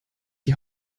die